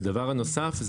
והדבר הנוסף,